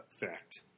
Fact